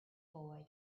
boy